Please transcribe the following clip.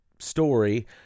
story